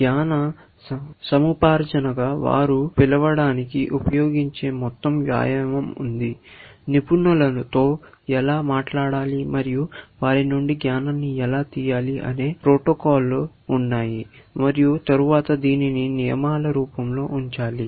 జ్ఞాన సముపార్జన గా వారు పిలవడానికి ఉపయోగించే మొత్తం వ్యాయామం ఉంది నిపుణులతో ఎలా మాట్లాడాలి మరియు వారి నుండి జ్ఞానాన్ని ఎలా తీయాలి అనే ప్రోటోకాల్లు ఉన్నాయి మరియు తరువాత దానిని నియమాల రూపంలో ఉంచాలి